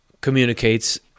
communicates